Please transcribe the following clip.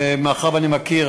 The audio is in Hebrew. מאחר שאני מכיר,